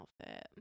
outfit